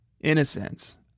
Innocence